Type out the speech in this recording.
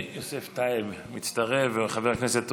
יוסף טייב מצטרף וחברי הכנסת אוסאמה,